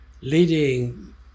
leading